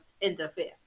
interfere